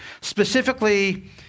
Specifically